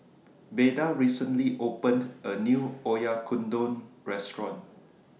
Beda recently opened A New Oyakodon Restaurant